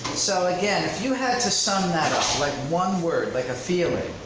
so again, if you had to sum that ah like one word, like a feeling,